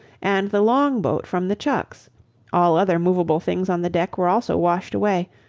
and the long-boat from the chucks all other moveable things on the deck were also washed away,